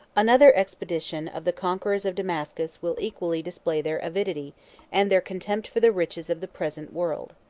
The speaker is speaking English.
another expedition of the conquerors of damascus will equally display their avidity and their contempt for the riches of the present world.